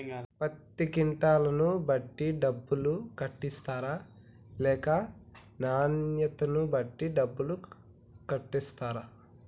పత్తి క్వింటాల్ ను బట్టి డబ్బులు కట్టిస్తరా లేక నాణ్యతను బట్టి డబ్బులు కట్టిస్తారా?